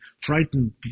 frightened